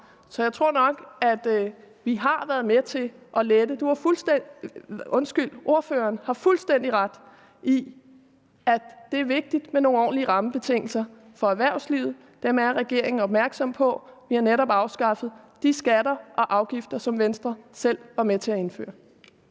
Så jeg tror nok, at vi har været med til at give lettelser. Ordføreren har fuldstændig ret i, at det er vigtigt med nogle ordentlige rammebetingelser for erhvervslivet. Dem er regeringen opmærksom på. Vi har netop afskaffet de skatter og afgifter, som Venstre selv var med til at indføre.